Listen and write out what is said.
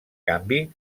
canvi